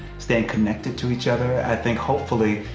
staying connected to each other. i think hopefully,